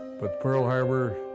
but pearl harbor.